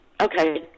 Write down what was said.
Okay